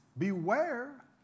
Beware